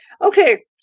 Okay